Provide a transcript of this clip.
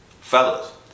fellas